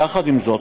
יחד עם זאת,